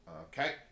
Okay